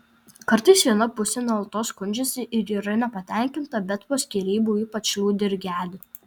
kartais viena pusė nuolatos skundžiasi ir yra nepatenkinta bet po skyrybų ypač liūdi ir gedi